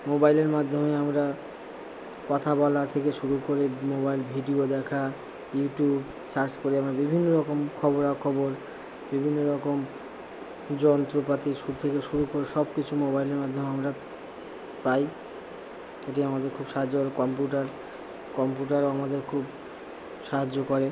মোবাইলের মাধ্যমে আমরা কথা বলা থেকে শুরু করে মোবাইল ভিডিও দেখা ইউটিউব সার্চ করে আমরা বিভিন্ন রকম খবরাখবর বিভিন্ন রকম যন্ত্রপাতি সু থেকে শুরু করে সব কিছু মোবাইলের মাধ্যমে আমরা পাই এটি আমাদের খুব সাহায্য করে কম্পিউটার কম্পিউটার আমাদের খুব সাহায্য করে